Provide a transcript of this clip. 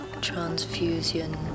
transfusion